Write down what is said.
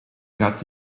gaat